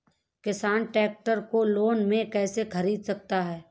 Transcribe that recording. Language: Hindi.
किसान ट्रैक्टर को लोन में कैसे ख़रीद सकता है?